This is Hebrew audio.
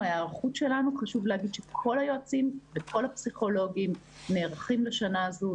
חשוב לומר שכל היועצים וכל הפסיכולוגים נערכים לשנה הזו,